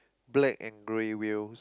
black and grey wheels